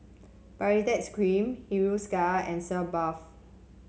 Baritex Cream Hiruscar and Sitz Bath